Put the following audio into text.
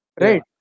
right